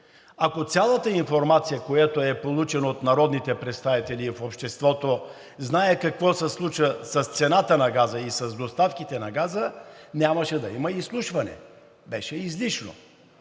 Ако цялата информация, която е получена от народните представители, и в обществото знаят какво се случва с цената на газа и с доставките на газа, нямаше да има изслушване – беше излишно,